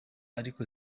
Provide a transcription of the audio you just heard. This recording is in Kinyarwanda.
ariko